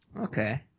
Okay